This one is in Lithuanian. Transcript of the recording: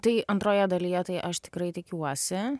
tai antroje dalyje tai aš tikrai tikiuosi